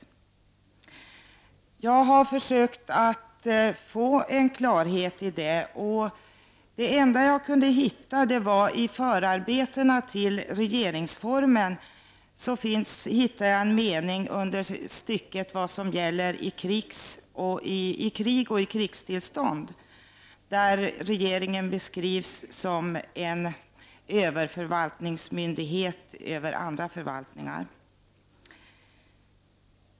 Jag har försökt att få klarhet i det, och det enda jag kunnat hitta är en mening i förarbetena till regeringsformen. I stycket om vad som gäller vid krig och krigstillstånd beskrivs regeringen där som en överförvaltningsmyndighet över andra förvaltningar.